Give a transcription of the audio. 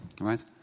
right